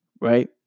right